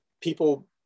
people